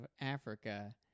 Africa